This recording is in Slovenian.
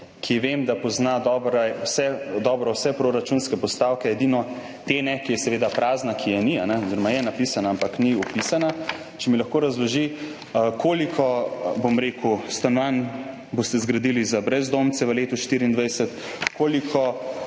ki vem, da dobro pozna vse proračunske postavke, edino te ne, ki je seveda prazna, ki je ni oziroma je napisana, ampak ni opisana – ali mi lahko razloži, koliko stanovanj boste zgradili za brezdomce v letu 2024, koliko